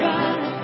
God